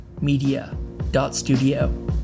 media.studio